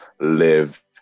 live